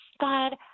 God